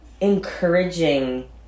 encouraging